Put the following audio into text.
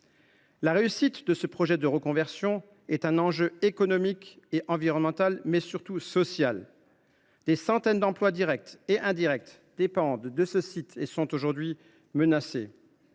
La réussite de ce projet de conversion est un enjeu économique et environnemental, mais surtout social. Des centaines d’emplois directs et indirects dépendent de ce site et sont aujourd’hui menacés.